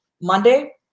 Monday